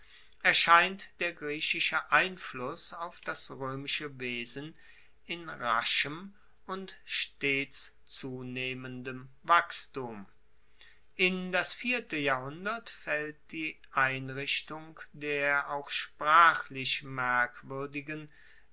erscheint der griechische einfluss auf das roemische wesen in raschem und stets zunehmendem wachstum in das vierte jahrhundert faellt die einrichtung der auch sprachlich